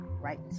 right